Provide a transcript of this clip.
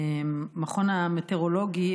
במכון המטאורולוגי,